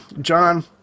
John